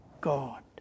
God